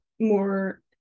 more